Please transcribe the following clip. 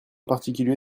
particulier